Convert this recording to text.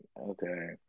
Okay